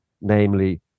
namely